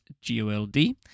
G-O-L-D